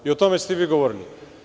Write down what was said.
O tome ste vi govorili.